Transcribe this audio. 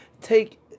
take